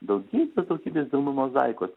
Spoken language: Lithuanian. daugybės daugybės dienų mozaikos